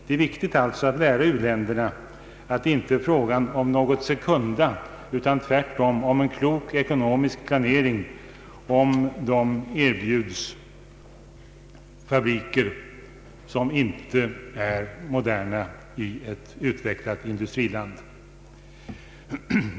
Det är viktigt att lära u-länderna att det här inte är fråga om något sekunda utan tvärtom om en klok ekonomisk planering, om fabriker erbjuds som inte är moderna i ett utvecklat industriland.